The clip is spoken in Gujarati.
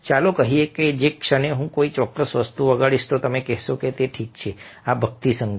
ચાલો કહીએ કે જે ક્ષણે હું કોઈ ચોક્કસ વસ્તુ વગાડીશ તમે કહેશો કે ઠીક છે આ ભક્તિ સંગીત છે